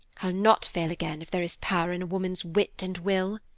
i'll not fail again if there is power in a woman's wit and will!